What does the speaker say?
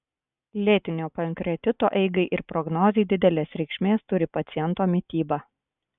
lėtinio pankreatito eigai ir prognozei didelės reikšmės turi paciento mityba